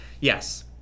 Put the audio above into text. yes